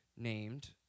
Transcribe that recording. Named